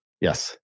Yes